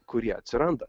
kurie atsiranda